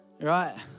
right